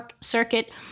circuit